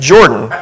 Jordan